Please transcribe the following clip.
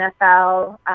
NFL